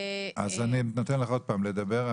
אז אני נותן לך עוד פעם לדבר,